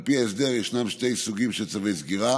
על פי ההסדר יש שני סוגים של צווי סגירה: